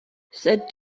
c’est